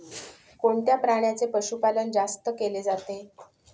कोणत्या प्राण्याचे पशुपालन जास्त केले जाते?